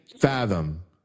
fathom